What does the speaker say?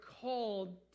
called